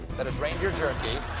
that is reindeer jerky.